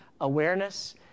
awareness